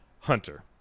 Hunter